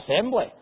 Assembly